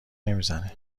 نمیزنه